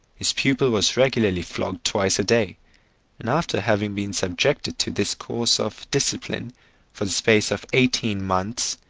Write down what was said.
his pupil was regularly flogged twice a day and after having been subjected to this course of discipline for the space of eighteen months,